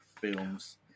films